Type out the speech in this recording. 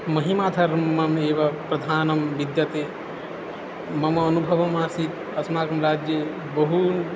महिमा धर्मम् एव प्रधानं विद्यते मम अनुभवमासीत् अस्माकं राज्ये बहु